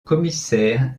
commissaire